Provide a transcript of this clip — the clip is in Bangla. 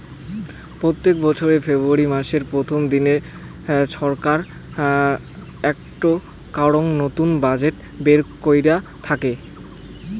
প্রত্যেক বছর ফেব্রুয়ারী মাসের প্রথম দিনে ছরকার একটো করাং নতুন বাজেট বের কইরা থাইকে